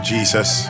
Jesus